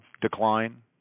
decline